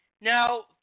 Now